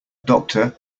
doctor